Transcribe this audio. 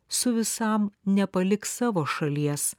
su visam nepaliks savo šalies